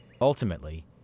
Ultimately